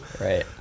right